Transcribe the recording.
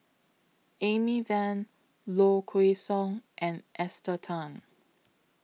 Amy Van Low Kway Song and Esther Tan